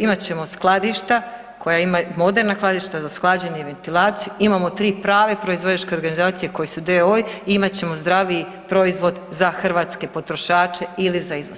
imat ćemo skladišta, moderna skladišta za sklađenje i ventilaciju, imamo 3 prave proizvođačke organizacije koje su d.o.o.-i i imat ćemo zdravi proizvod za hrvatske potrošače ili za izvoz.